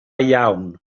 iawn